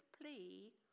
plea